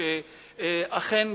אכן כאן,